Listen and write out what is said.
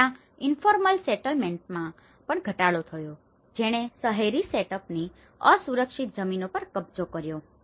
ત્યાં ઇન્ફોર્મલ સેટલમેન્ટસમાં informal settlements અનૌપચારિક વસાહતો પણ ઘટાડો થયો છે જેણે શહેરી સેટઅપની setup સ્થાપના અસુરક્ષિત જમીનો પર કબજો કર્યો હતો